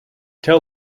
tell